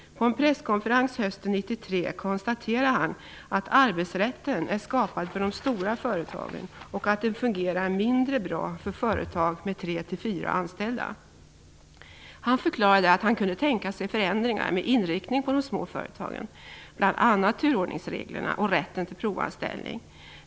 På en presskonferens hösten 1993 konstaterade han att arbetsrätten är skapad för de stora företagen och att den fungerar mindre bra för företag med trefyra anställda. Han förklarade att han kunde tänka sig förändringar med inriktning på de små företagen. Det gällde bl.a. turordningsreglerna och rätten till provanställning.